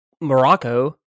Morocco